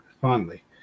fondly